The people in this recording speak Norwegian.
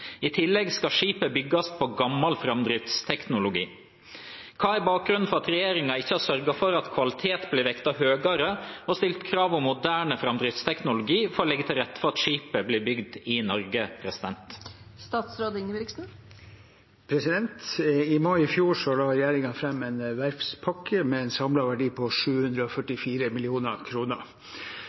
I tillegg skal skipet bygges på gammel framdriftsteknologi. Hva er bakgrunnen for at regjeringen ikke har sørget for at kvalitet vektes høyere, og stilt krav om moderne framdriftsteknologi for å legge til rette for at skipet bygges i Norge?» I mai i fjor la regjeringen fram en verftspakke med en samlet verdi på 744